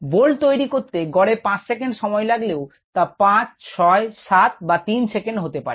bolt তৈরি করতে গড়ে 5 সেকেন্ড সময় লাগলেও তা 567 বা 3 সেকেন্ড হতে পারে